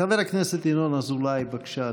חבר הכנסת ינון אזולאי, בבקשה,